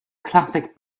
classic